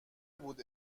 بود